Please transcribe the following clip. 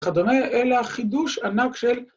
‫כדומה אלא חידוש ענק של...